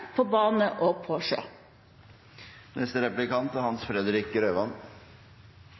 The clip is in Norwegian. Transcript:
på bane og på sjø. En viktig klimapolitisk målsetting er